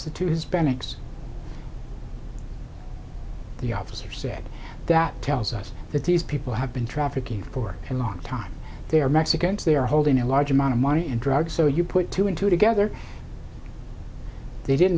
hispanics the officer said that tells us that these people have been trafficking for a long time they are mexicans they are holding a large amount of money and drugs so you put two and two together they didn't